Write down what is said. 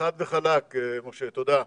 חד וחלק, משה, תודה.